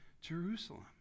Jerusalem